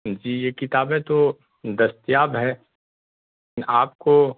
جی یہ کتابیں تو دستیاب ہیں آپ کو